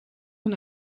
een